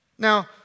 Now